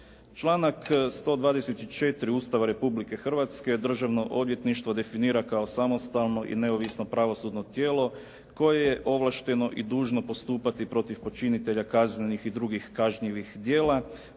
Članak 124. Ustava Republike Hrvatske Državno odvjetništvo definira kao samostalno i neovisno pravosudno tijelo koje je ovlašteno i dužno postupati protiv počinitelja kaznenih i drugih kažnjivih djela,